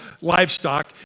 livestock